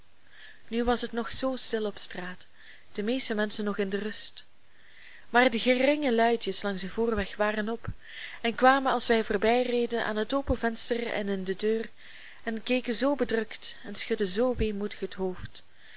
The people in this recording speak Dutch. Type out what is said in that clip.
nu was het nog zoo stil op straat de meeste menschen nog in de rust maar de geringe luidjes langs den voerweg waren op en kwamen als wij voorbijreden aan het open venster en in de deur en keken zoo bedrukt en schudden zoo weemoedig het hoofd